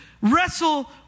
wrestle